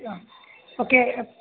हा ओके